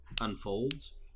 unfolds